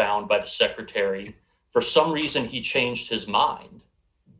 bound by the secretary for some reason he changed his mind